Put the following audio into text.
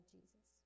Jesus